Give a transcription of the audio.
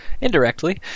indirectly